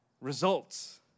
results